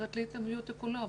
עדיין עובדת במערכת והיא יועצת,